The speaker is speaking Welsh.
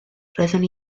roeddwn